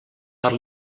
per